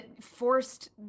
forced